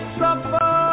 suffer